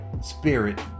Spirit